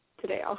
today